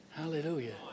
Hallelujah